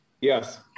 Yes